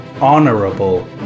honorable